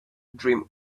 dream